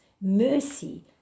Mercy